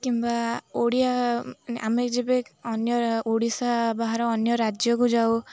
କିମ୍ବା ଓଡ଼ିଆ ଆମେ ଯେବେ ଅନ୍ୟ ଓଡ଼ିଶା ବାହାର ଅନ୍ୟ ରାଜ୍ୟକୁ ଯାଉ